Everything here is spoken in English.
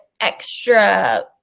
extra